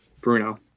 Bruno